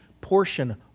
portion